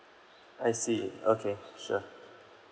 I see okay sure